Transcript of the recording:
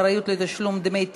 אחריות לתשלום דמי תיווך),